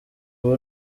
ubu